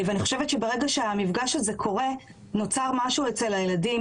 ואני חושבת שברגע שהמפגש הזה קורה נוצר משהו אצל הילדים,